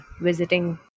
visiting